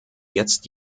jetzt